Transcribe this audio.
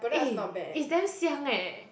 eh it's damn xiang eh